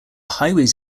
highways